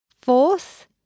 Fourth